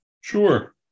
Sure